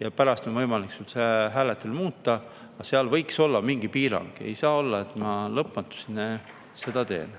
ja pärast on võimalik siis sul seda [valikut] muuta. Aga seal võiks olla mingi piirang. Ei saa olla nii, et ma lõpmatuseni seda teen.